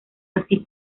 así